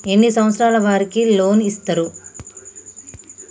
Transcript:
ఎన్ని సంవత్సరాల వారికి లోన్ ఇస్తరు?